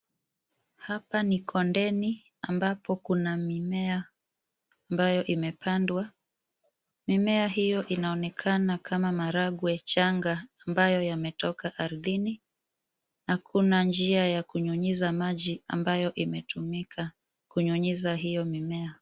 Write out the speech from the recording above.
Hapa ni kondeni ambapo kuna mimea ambayo imepandwa. Mimea hiyo inaonekana kama maharagwe changa ambayo imetoka ardhini na kuna njia ya kunyunyiza maji ambayo imetumika kunyunyiza hiyo mimea.